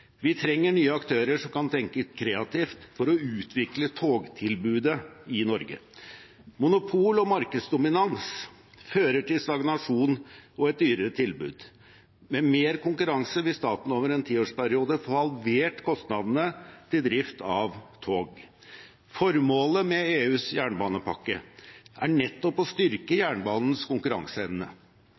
Vi trenger nye aktører som kan tenke kreativt for å utvikle togtilbudet i Norge. Monopol og markedsdominans fører til stagnasjon og et dyrere tilbud. Med mer konkurranse vil staten over en tiårsperiode få halvert kostnadene til drift av tog. Formålet med EUs jernbanepakke er nettopp å styrke jernbanens konkurranseevne